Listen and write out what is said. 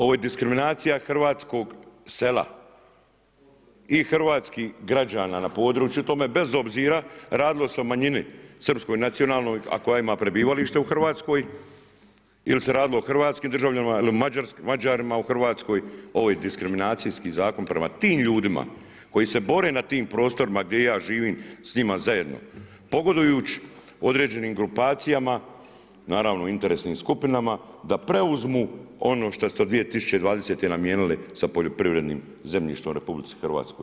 Ovo je diskriminacija hrvatskog sela i hrvatskih građana na području tome bez obzira radilo se o manjini, srpskoj nacionalnoj a koja ima prebivalište u Hrvatskoj ili se radilo o hrvatskim državljanima ili Mađarima u Hrvatskoj, ovo je diskriminacijski zakon prema tim ljudima koji se bore na tim prostorima gdje ja živim s njima zajedno pogodujući određenim grupacijama, naravno interesnim skupinama da preuzmu ono što ste od 2020. namijenili sa poljoprivrednim zemljištem u RH.